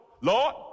Lord